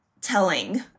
telling